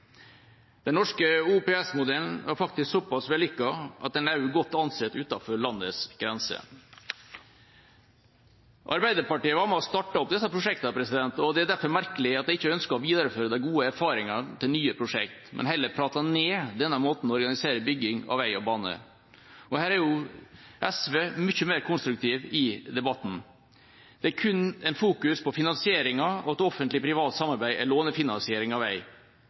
Den norske OPS-modellen er faktisk såpass vellykket at den også er godt ansett utenfor landets grenser. Arbeiderpartiet var med og startet opp disse prosjektene, og det er derfor merkelig at de ikke ønsket å videreføre de gode erfaringene til nye prosjekt, men heller prate ned denne måten å organisere bygging av vei og bane på. Her er SV mye mer konstruktiv i debatten. Det er kun en fokusering på finansieringen at offentlig–privat samarbeid er lånefinansiering av vei.